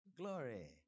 Glory